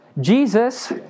Jesus